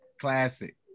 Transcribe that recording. Classic